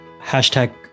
Hashtag